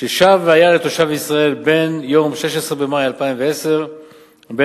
ששב והיה לתושב ישראל בין יום 16 במאי 2010 ל-30